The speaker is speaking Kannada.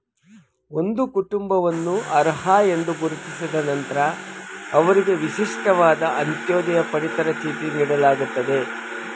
ಒಂದು ಕುಟುಂಬವನ್ನು ಅರ್ಹ ಎಂದು ಗುರುತಿಸಿದ ನಂತ್ರ ಅವ್ರಿಗೆ ವಿಶಿಷ್ಟವಾದ ಅಂತ್ಯೋದಯ ಪಡಿತರ ಚೀಟಿ ನೀಡಲಾಗ್ತದೆ